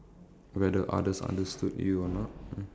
whether others understood you or not